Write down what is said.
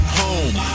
home